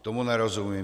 Tomu nerozumím.